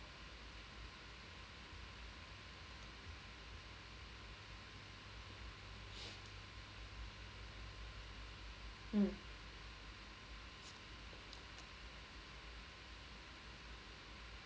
mm